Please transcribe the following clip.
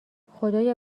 خدایا